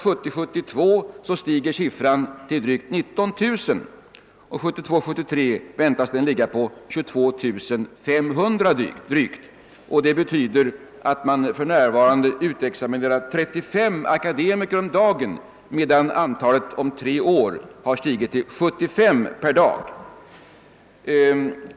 Läsåret 1971 73 väntas den ligga på drygt 22500. Det betyder att man för närvarande utexaminerar 35 akademiker om dagen, medan antalet om tre år har gått upp till 75 per dag.